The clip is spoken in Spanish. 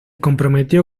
comprometió